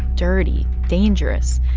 dirty, dangerous,